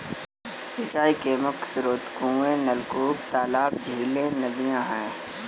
सिंचाई के मुख्य स्रोत कुएँ, नलकूप, तालाब, झीलें, नदियाँ हैं